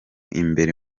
imbere